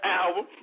album